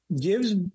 gives